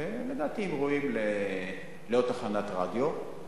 ולדעתי הם ראויים לעוד תחנת רדיו.